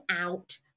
out